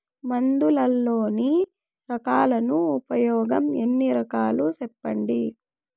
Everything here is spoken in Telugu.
మందులలోని రకాలను ఉపయోగం ఎన్ని రకాలు? సెప్పండి?